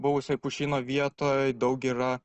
buvusioj pušyno vietoj daug yra